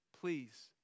Please